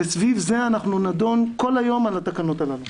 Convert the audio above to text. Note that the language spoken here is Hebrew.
וסביב זה אנחנו נדון כל היום על התקנות הללו.